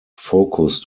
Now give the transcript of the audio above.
focused